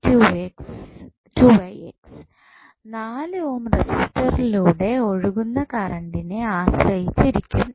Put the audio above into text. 4 ohm റെസിസ്റ്ററിലൂടെ ഒഴുകുന്ന കറണ്ടിനെ ആശ്രയിച്ചു ഇരിക്കും